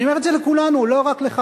אני אומר את זה לכולנו, לא רק לך.